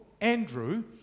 Andrew